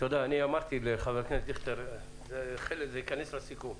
אני אמרתי לחבר הכנסת דיכטר, זה ייכנס לסיכום.